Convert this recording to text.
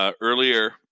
earlier